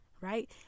right